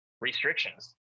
restrictions